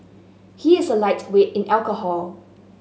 he is a lightweight in alcohol